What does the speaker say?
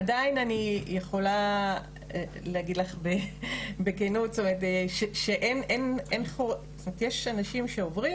עדיין אני יכולה להגיד לך בכנות שיש אנשים שעוברים